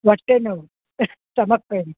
ಹೊಟ್ಟೆ ನೋವು stomach pine